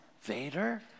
Vader